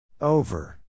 Over